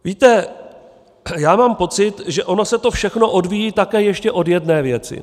Víte, mám pocit, že ono se to všechno odvíjí také ještě od jedné věci.